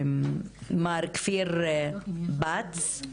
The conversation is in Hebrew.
מר כפיר בץ,